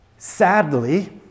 Sadly